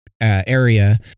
area